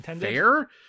fair